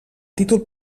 títol